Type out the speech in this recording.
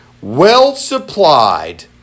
well-supplied